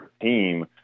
team